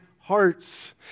hearts